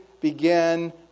begin